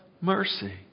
mercy